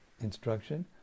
instruction